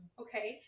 okay